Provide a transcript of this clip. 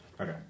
Okay